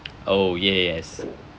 oh ye~ yes